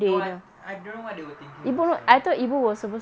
no I I don't know what they were thinking also